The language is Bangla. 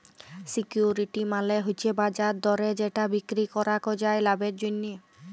সিকিউরিটি মালে হচ্যে বাজার দরে যেটা বিক্রি করাক যায় লাভের জন্যহে